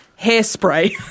hairspray